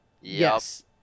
Yes